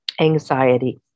Anxiety